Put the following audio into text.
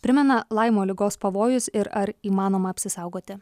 primena laimo ligos pavojus ir ar įmanoma apsisaugoti